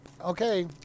okay